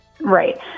Right